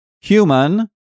human